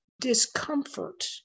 discomfort